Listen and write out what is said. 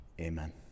amen